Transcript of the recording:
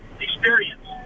experience